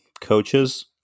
coaches